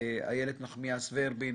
איילת נחמיאס ורבין